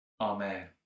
Amen